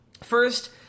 first